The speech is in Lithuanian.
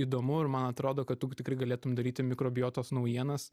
įdomu ir man atrodo kad tu tikrai galėtum daryti mikrobiotos naujienas